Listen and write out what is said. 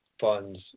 funds